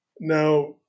Now